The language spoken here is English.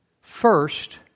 first